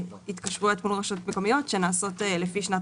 התקשרויות מול רשויות מקומיות שנעשות לפי שנת